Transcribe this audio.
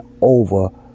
over